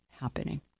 happening